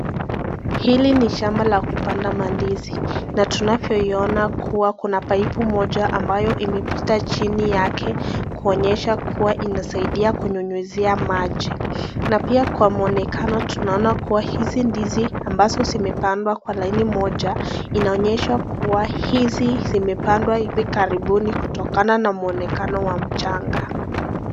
Hili ni shamba la kupanda mandizi na tunavioina Kuna paipu moja ampapo imepita chini yake inaonyesha kuwa inasaidia kunyonyesha maji, na pia kwa muenakano tunaona hizi ndizi zimepandwa hivi karibuni.